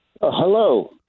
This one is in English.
Hello